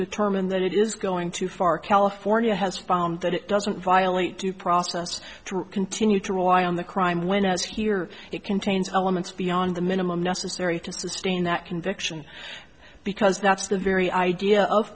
determine that it is going too far california has found that it doesn't violate due process to continue to rely on the crime when as here it contains elements beyond the minimum necessary to sustain that conviction because that's the very idea of